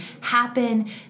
happen